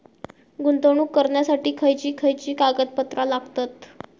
गुंतवणूक करण्यासाठी खयची खयची कागदपत्रा लागतात?